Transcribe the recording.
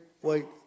white